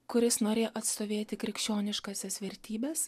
kuris norėjo atstovėti krikščioniškąsias vertybes